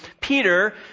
Peter